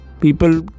People